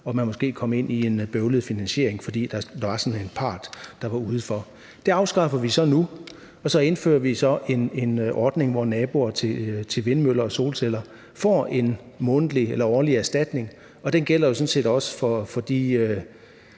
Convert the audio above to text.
og man kom måske ind i en bøvlet finansiering, fordi der var en part, der var udenfor. Det afskaffer vi nu, og så indfører vi en ordning, hvor naboer til vindmøller og solceller får en månedlig eller årlig erstatning, og den gælder jo sådan set også for de